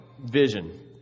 Vision